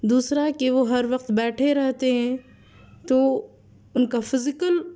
دوسرا کہ وہ ہر وقت بیٹھے رہتے ہیں تو ان کا فزیکل